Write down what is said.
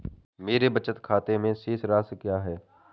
मेरे बचत खाते में शेष राशि क्या है?